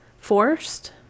forced